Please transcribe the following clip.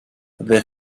their